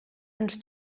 ens